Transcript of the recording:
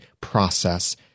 process